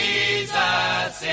Jesus